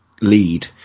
lead